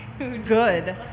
Good